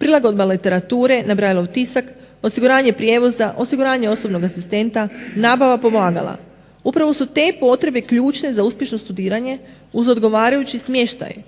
prilagodba literature na brailleov tisak, osiguranje prijevoza, osiguranje osobnog asistenta, nabava pomagala. Upravo su te potrebe ključne za uspješno studiranje uz odgovarajući smještaj,